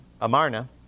Amarna